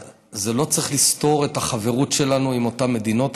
זה לא צריך לסתור את החברות שלנו עם אותן מדינות.